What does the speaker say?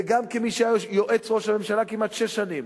וגם כמי שהיה יועץ ראש הממשלה כמעט שש שנים,